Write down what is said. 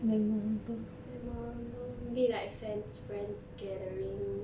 memorable maybe like friend's friend's gathering